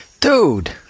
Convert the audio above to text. Dude